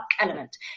element